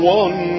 one